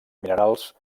minerals